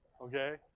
okay